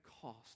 cost